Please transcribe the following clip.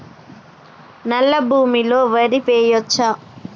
నల్లా భూమి లో వరి వేయచ్చా?